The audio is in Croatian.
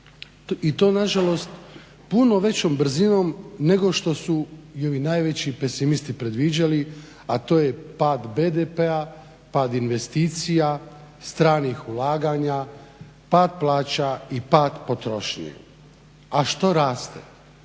i to nažalost puno većom brzinom nego što su i ovi najveći pesimisti predviđali a to je pad BDP-a, pad investicija, stranih ulaganja, pad plaća i pad potrošnje. A što raste?